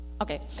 Okay